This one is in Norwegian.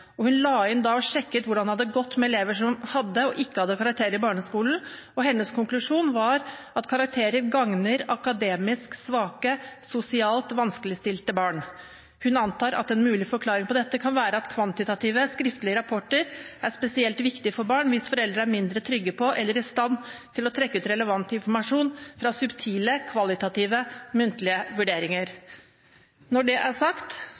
og hun sjekket hvordan det hadde gått med elever som hadde, og elever som ikke hadde, karakterer i barneskolen. Hennes konklusjon var at karakterer gagner akademisk svake, sosialt vanskeligstilte barn. Hun antar at en mulig forklaring på dette kan være at kvantitative, skriftlige rapporter er spesielt viktig for barn hvis foreldre er mindre trygge på, eller mindre i stand til å trekke ut relevant informasjon fra, subtile, kvalitative, muntlige vurderinger. Når det er sagt,